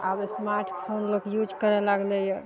आब smart phone लोक use करय लागलइए